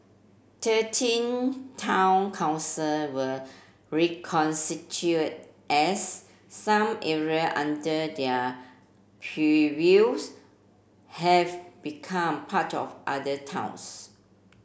thirteen town council were as some area under their purviews have become part of other towns